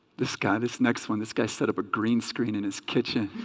this guy this next one this guy's set up a green screen in his kitchen